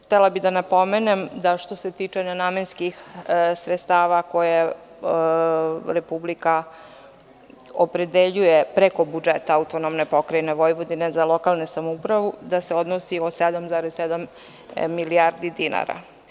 Htela bih da napomenem da što se tiče nenamenskih sredstava koja Republika opredeljuje preko budžeta AP Vojvodine za lokalne samouprave, da se odnosi od 7,7 milijardi dinara.